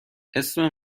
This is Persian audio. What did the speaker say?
اسم